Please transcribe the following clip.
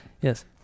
Yes